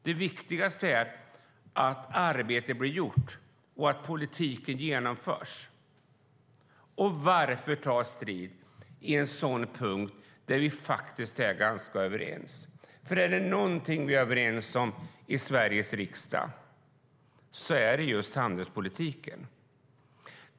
Det viktigaste är att arbetet blir gjort och att politiken genomförs. Varför ta strid på en sådan här punkt, där vi faktiskt är ganska överens? Är det någonting vi är överens om i Sveriges riksdag är det just handelspolitiken.